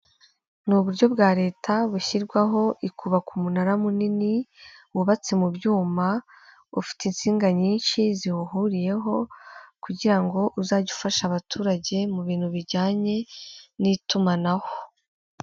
Ni uburyo bwa Leta bushyirwaho ikubaka umunara munini wubatse mu byuma, ufite insinga nyinshi ziwuhuriyeho, kugira ngo uzajye ufasha abaturage mu bintu bijyanye, n'itumanaho.